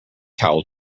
towel